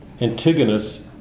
Antigonus